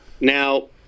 Now